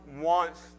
wants